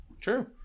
True